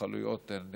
שההתנחלויות הן